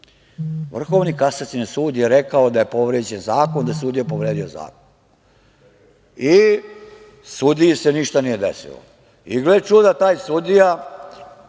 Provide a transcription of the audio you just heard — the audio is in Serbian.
Vrhovni kasacioni sud je rekao da je povređen zakon, da je sudija povredio zakon i sudiji se ništa nije desilo. Gle čuda, taj sudija